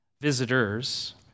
visitors